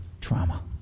Trauma